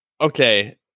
okay